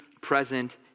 present